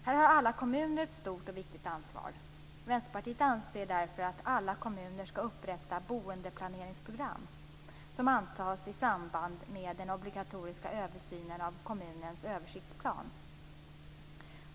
Här har alla kommuner ett stort och viktigt ansvar. Vänsterpartiet anser därför att alla kommuner skall upprätta boendeplaneringsprogram, som skall antas i samband med den obligatoriska översynen av kommunens översiktsplan.